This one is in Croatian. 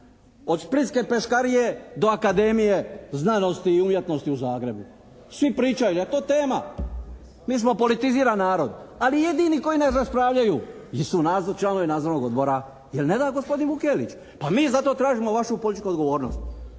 od splitske Peškarije do Akademije znanosti i umjetnosti u Zagrebu, svi pričaju jer to tema. Mi smo politizirani narod. Ali jedini koji ne raspravljaju jesu članovi Nadzornog odbora, jer ne da gospodin Vukelić. Pa mi zato tražimo političku vašu odgovornost,